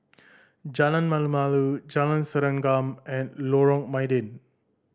Jalan Malu Malu Jalan Serengam and Lorong Mydin